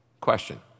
Question